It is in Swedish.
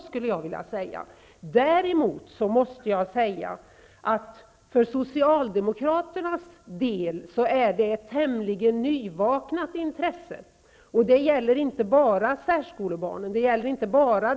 Socialdemokraternas intresse för frågan är däremot tämligen nyvaknat, och det gäller inte bara särskolebarnen och deras föräldrar.